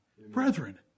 Brethren